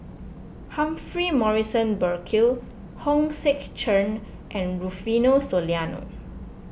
Humphrey Morrison Burkill Hong Sek Chern and Rufino Soliano